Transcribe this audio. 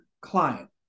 client